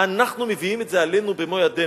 אנחנו מביאים את זה עלינו במו-ידינו.